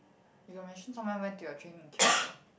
you got mention someone went to your training and kill you